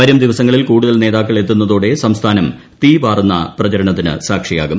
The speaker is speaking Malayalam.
വരും ദിവസങ്ങളിൽ കൂടുതൽ നേതാക്കൾ എത്തുന്നതോടെ സംസ്ഥാനം തീപാറുന്ന പ്രചരണത്തിന് സാക്ഷിയാകും